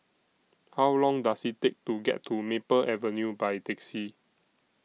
How Long Does IT Take to get to Maple Avenue By Taxi